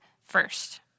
first